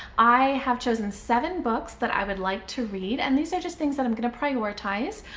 i have chosen seven books that i would like to read. and these are just things that i'm gonna prioritize.